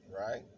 Right